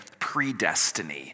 predestiny